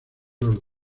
los